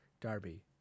Darby